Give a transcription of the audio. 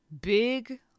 big